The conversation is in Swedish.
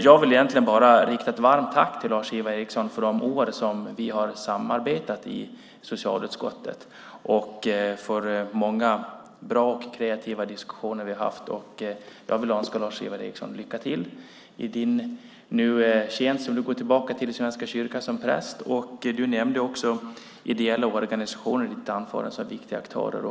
Jag vill rikta ett varmt tack till Lars-Ivar Ericson för de år som vi har samarbetat i socialutskottet då vi haft många, bra och kreativa diskussioner, samt önska honom lycka till i hans tjänst som präst i Svenska kyrkan, som han nu går tillbaka till. I sitt anförande nämnde Lars-Ivar Ericson de ideella organisationerna, som ju är viktiga aktörer.